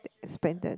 expanded